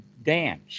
dance